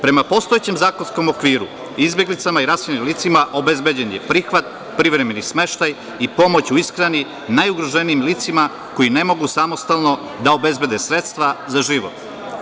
Prema postojećem zakonskom okviru izbeglicama i raseljenim licima obezbeđen je prihvat, privremeni smeštaj i pomoć u ishrani najugorženijim licima koji ne mogu samostalno da obezbede sredstva za život.